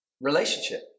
relationship